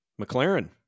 McLaren